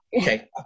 Okay